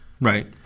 right